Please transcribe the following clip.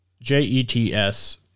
J-E-T-S